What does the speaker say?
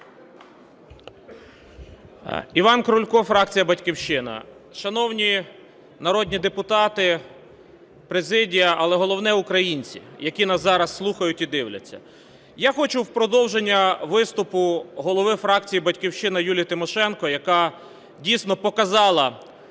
Іван Крулько, фракція "Батьківщина". Шановні народні депутати, президія, але головне – українці, які нас зараз слухають і дивляться! Я хочу в продовження виступу голови фракції "Батьківщина" Юлії Тимошенко, яка, дійсно, показала